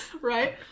Right